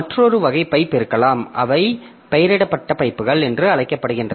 மற்றொரு வகை பைப் இருக்கலாம் அவை பெயரிடப்பட்ட பைப்புகள் என்று அழைக்கப்படுகின்றன